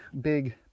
big